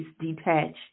detached